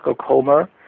coma